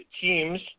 teams